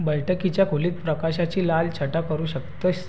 बैठकीच्या खोलीत प्रकाशाची लाल छटा करू शकतो आहेस